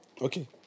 Okay